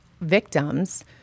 victims